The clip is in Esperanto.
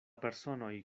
personoj